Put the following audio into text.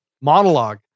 Monologue